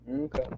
Okay